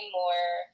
more